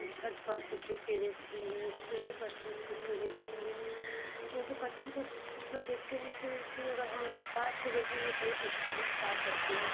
छत पर से छिप कर देखे हुए हैं सिढ़ी पर से छिप कर देखेंगे क्योंकि पक्षी को छिप कर देखते हैं क्योंकि अगर हम उनके पास से देखेंगे कई पक्षियां एक साथ रहती हैं